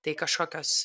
tai kažkokios